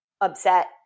upset